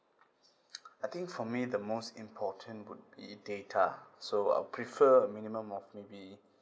I think for me the most important would be data so I'll prefer a minimum of maybe